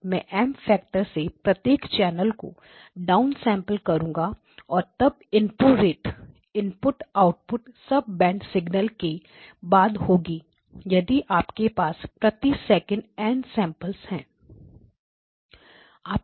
मैं M factor से प्रत्येक चैनल को डाउनसेंपल करूंगा और तब input rate input output sub band signal के के बाद होगी यदि आपके पास प्रति सेकंड N सैंपल है